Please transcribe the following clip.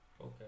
Okay